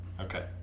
okay